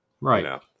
Right